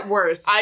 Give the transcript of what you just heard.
worse